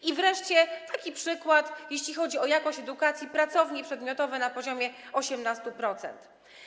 I wreszcie taki przykład, jeśli chodzi o jakość edukacji: pracownie przedmiotowe na poziomie 18%.